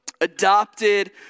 Adopted